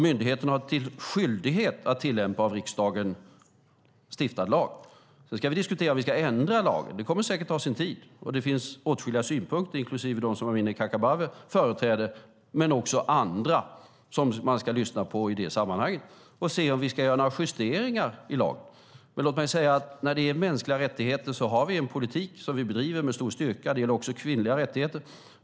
Myndigheten har skyldighet att tillämpa av riksdagen stiftad lag. Nu ska vi diskutera om vi ska ändra lagen, och det kommer säkert att ta sin tid. Det finns åtskilliga synpunkter, inklusive de som Amineh Kakabaveh företräder men också andra, som man ska lyssna på i det sammanhanget för att se om vi ska göra några justeringar i lagen. Låt mig säga att när det gäller mänskliga rättigheter har vi en politik som vi bedriver med stor styrka. Det gäller också kvinnliga rättigheter.